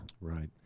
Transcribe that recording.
right